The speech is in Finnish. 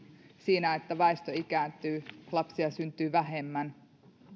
siinä että väestö ikääntyy että lapsia syntyy vähemmän